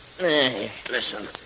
Listen